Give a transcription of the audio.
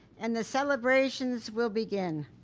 and the celebrations will begin.